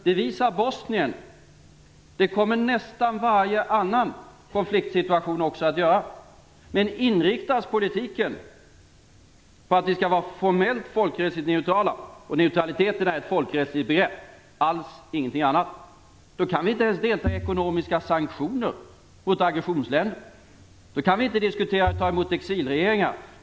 Det visar situationen i Bosnien, och det kommer nästan varje annan konfliktsituation att göra. Inriktas politiken på att vi skall vara formellt folkrättsligt neutrala - och neutraliteten är ett folkrättsligt begrepp och ingenting annat - kan vi inte ens delta i ekonomiska sanktioner mot aggressionsländer. Då kan vi inte ta emot exilregeringar.